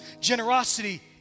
Generosity